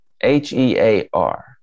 H-E-A-R